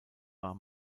war